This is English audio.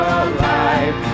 alive